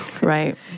Right